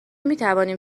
میتوانیم